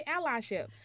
allyship